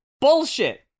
Bullshit